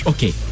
Okay